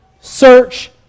search